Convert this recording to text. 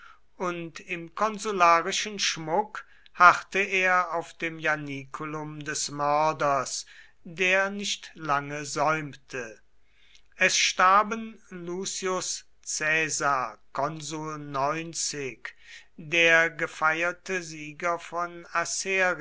und im konsularischen schmuck harrte er auf dem ianiculum des mörders der nicht lange säumte es starben lucius caesar der gefeierte sieger von